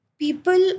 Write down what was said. People